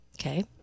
Okay